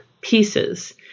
pieces